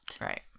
right